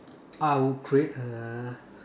I will create a